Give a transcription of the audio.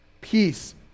peace